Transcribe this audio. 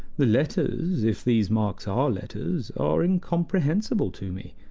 the letters if these marks are letters are incomprehensible to me.